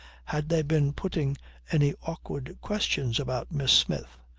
had they been putting any awkward questions about miss smith.